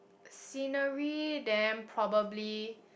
scenery then probably